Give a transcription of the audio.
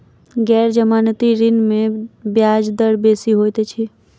गैर जमानती ऋण में ब्याज दर बेसी होइत अछि